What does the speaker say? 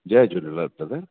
जय झूलेलाल दादा